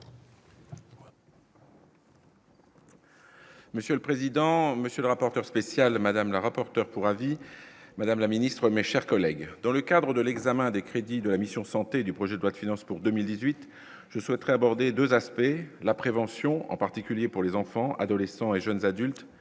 Monsieur le président, monsieur le rapporteur spécial de madame la rapporteur pour avis madame la ministre, mes chers collègues, dans le cadre de l'examen des crédits de la mission santé du projet de loi de finances pour 2018 je souhaiterais aborder 2 aspects : la prévention, en particulier pour les enfants, adolescents et jeunes adultes,